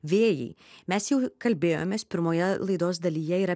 vėjai mes jau kalbėjomės pirmoje laidos dalyje yra